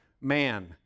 man